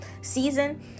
season